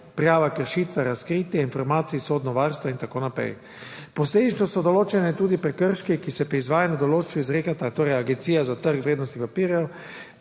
prijavo kršitve, razkritje informacij, sodno varstvo in tako naprej. Posledično so določeni tudi prekrški, ki jih pri izvajanju določb izrekata torej Agencija za trg vrednostnih papirjev